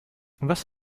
was